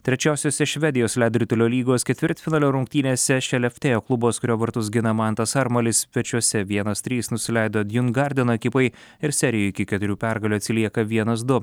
trečiosiose švedijos ledo ritulio lygos ketvirtfinalio rungtynėse šeleftėjo klubas kurio vartus gina mantas armalis svečiuose vienas trys nusileido gardino ekipai ir serijoj iki keturių pergalių atsilieka vienas du